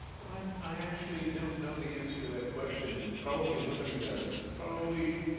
i actually don't know the answer to that question. probably nobody does. probably,